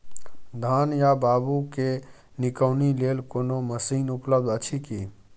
धान या बाबू के निकौनी लेल कोनो मसीन उपलब्ध अछि की?